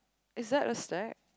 is that a stack